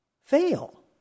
fail